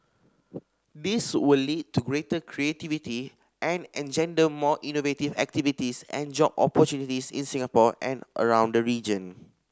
this will lead to greater creativity and engender more innovative activities and job opportunities in Singapore and around the region